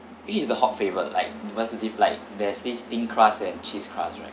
which is the hot favourite like like there's this thin crust and cheese crust right